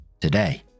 today